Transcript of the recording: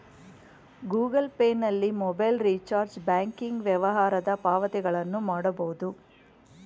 Google Pay ನಲ್ಲಿ mobile recharge, banking ವ್ಯವಹಾರದ ಪಾವತಿಗಳನ್ನು ಮಾಡಬೋದು